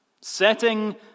Setting